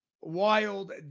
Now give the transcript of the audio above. Wild